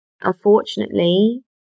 Unfortunately